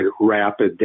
rapid